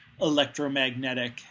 electromagnetic